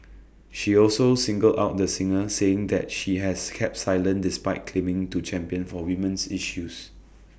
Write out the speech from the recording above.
she also singled out the singer saying that she has kept silent despite claiming to champion for women's issues